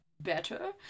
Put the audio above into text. better